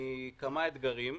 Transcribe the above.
מכמה אתגרים.